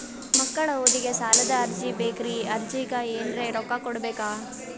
ಮಕ್ಕಳ ಓದಿಗಿ ಸಾಲದ ಅರ್ಜಿ ಬೇಕ್ರಿ ಅರ್ಜಿಗ ಎನರೆ ರೊಕ್ಕ ಕೊಡಬೇಕಾ?